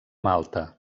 malta